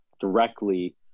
directly